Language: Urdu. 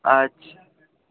اچھا